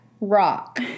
Rock